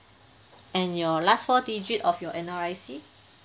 and your last four digit of your N_R_I_C